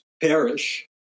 perish